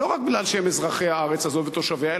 לא רק כי הם אזרחי הארץ הזאת ותושביה,